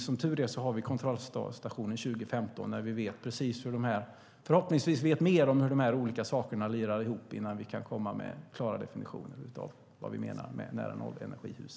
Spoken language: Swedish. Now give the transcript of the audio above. Som tur är har vi kontrollstationen 2015 när vi förhoppningsvis vet mer om hur de olika sakerna "lirar ihop" innan vi kan komma med klara definitioner av nära-nollenergihus.